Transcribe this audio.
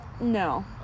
no